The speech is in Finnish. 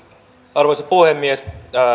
arvoisa puhemies